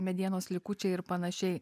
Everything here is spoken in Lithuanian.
medienos likučiai ir panašiai